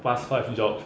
past five jobs